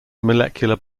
molecular